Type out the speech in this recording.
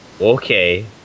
Okay